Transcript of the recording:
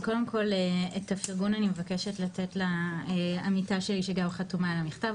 אז קודם את הפרגון אני מבקשת לתת לעמיתה שלי שגם חתומה על המכתב,